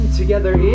together